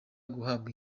guhabwa